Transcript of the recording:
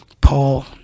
Paul